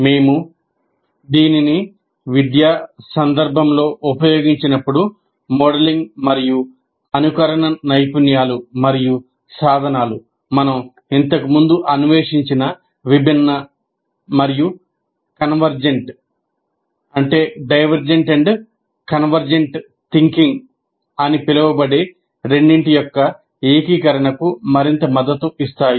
మేము దీనిని విద్యా సందర్భం లో ఉపయోగించినప్పుడు మోడలింగ్ మరియు అనుకరణ నైపుణ్యాలు మరియు సాధనాలు మనం ఇంతకుముందు అన్వేషించిన విభిన్న మరియు కన్వర్జెంట్ థింకింగ్ అని పిలవబడే రెండింటి యొక్క ఏకీకరణకు మరింత మద్దతు ఇస్తాయి